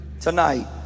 tonight